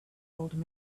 old